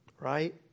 Right